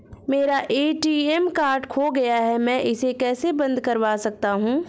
मेरा ATM card खो गया है मैं इसे कैसे बंद करवा सकता हूँ?